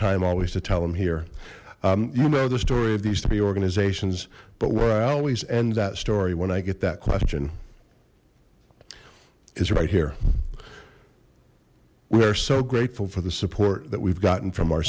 time always to tell them here you know the story of these three organizations but where i always end that story when i get that question is right here we are so grateful for the support that we've gotten from our